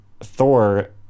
Thor